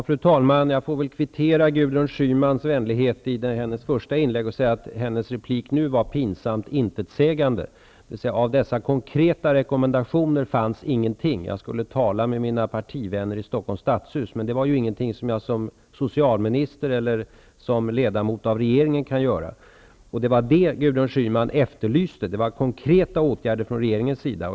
Fru talman! Jag kvitterar Gudruns Schymans vänlighet, som hon visade i sitt första inlägg, med att säga att hennes senaste replik var pinsamt intetsägande. Av konkreta rekommendationer fanns ingenting. Jag uppmanades att tala med mina partivänner i Stockholms Stadshus, men det är inte någonting som jag i egenskap av socialminister eller ledamot av regeringen kan göra. Vad Gudrun Schyman efterlyste var ändå konkreta åtgärder från regeringens sida.